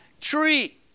tree